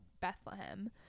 Bethlehem